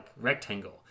rectangle